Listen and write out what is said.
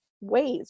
ways